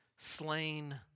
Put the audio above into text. slain